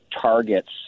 targets